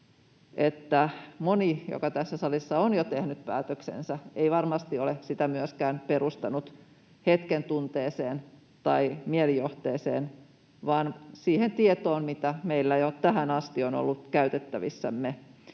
että moni, joka tässä salissa on jo tehnyt päätöksensä, ei varmasti ole sitä myöskään perustanut hetken tunteeseen tai mielijohteeseen, vaan siihen tietoon, mitä meillä jo tähän asti on ollut käytettävissämme.